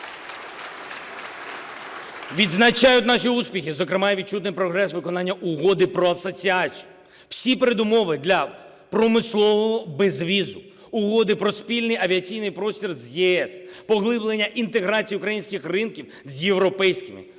Відзначають наші успіхи, зокрема і відчутний прогрес виконання Угоди про асоціацію, всі передумови для промислового безвізу, Угоди про спільний авіаційний простір з ЄС, поглиблення інтеграції українських ринків з європейськими,